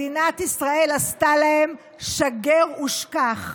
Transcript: מדינת ישראל עשתה להם "שגר ושכח".